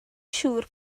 siŵr